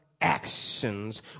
Actions